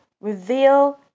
reveal